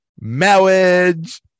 Marriage